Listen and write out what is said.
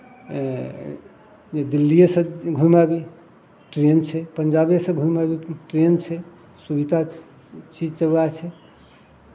जे दिल्लिएसँ घुमि आबी ट्रेन छै पंजाबेसँ घुमि आबी ट्रेन छै सुविधा छै चीज तऽ उएह छै